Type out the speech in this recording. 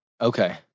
Okay